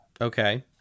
Okay